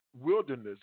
wilderness